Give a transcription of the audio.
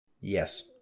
Yes